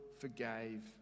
forgave